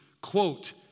quote